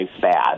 bad